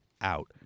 out